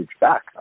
back